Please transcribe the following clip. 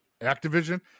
Activision